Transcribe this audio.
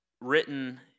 written